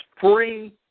free